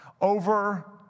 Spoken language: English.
over